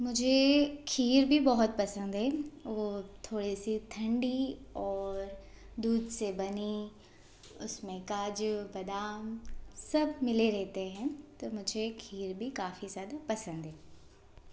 मुझे खीर भी बहुत पसंद है वो थोड़े सी ठंडी और दूध से बनी उसमें काजू बदाम सब मिले रहते हैं तो मुझे खीर भी काफ़ी ज़्यादा पसंद है